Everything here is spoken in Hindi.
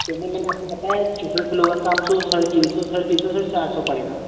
पेमेंट मैंने आपको बताया चोकलेट फ्लेवर का आपसे वह साढ़े तीन सौ साढ़े तीन सौ से चार सौ पड़ेगा